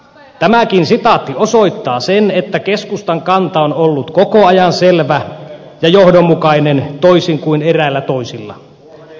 tämäkin sitaatti osoittaa sen että keskustan kanta on ollut koko ajan selvä ja johdonmukainen toisin kuin eräillä toisilla